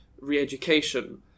re-education